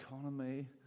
economy